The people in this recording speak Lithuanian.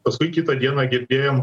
paskui kitą dieną girdėjom